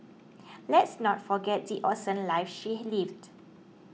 let's not forget the awesome life she lived